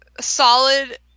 solid